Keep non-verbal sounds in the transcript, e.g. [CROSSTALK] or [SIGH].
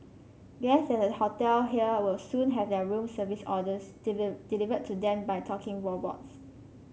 guests at a hotel here will soon have their room service orders [UNINTELLIGIBLE] delivered to them by talking robots